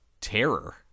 terror